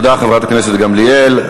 תודה לחברת הכנסת גמליאל.